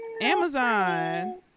Amazon